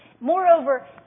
moreover